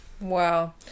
Wow